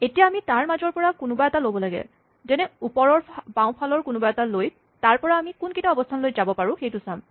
এতিয়া আমি তাৰ মাজৰ পৰা কোনোবা এটা ল'ব পাৰো যেনে ওপৰৰ বাওঁফালৰ কোনোবা এটা লৈ তাৰপৰা আমি কোনকেইটা অৱস্হানলৈ যাব পাৰোঁ সেইটো চাম